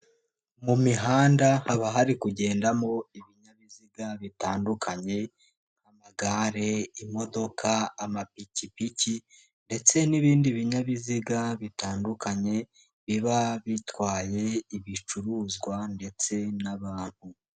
Mu mihanda haba hari kugendamo ibinyabiziga bitandukanye nk'amagare, imodoka, amapikipiki ndetse n'ibindi binyabiziga bitandukanye biba bitwaye ibicuruzwa ndetse n'abantu.